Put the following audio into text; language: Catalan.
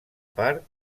part